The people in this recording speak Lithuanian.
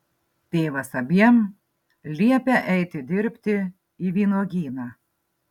tėvas abiem liepia eiti dirbti į vynuogyną